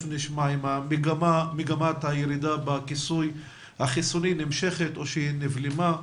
נשמע אם מגמת הירידה בכיסוי החיסוני נמשכת או נבלמה.